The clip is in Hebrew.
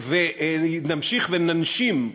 ונמשיך וננשים,